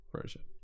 version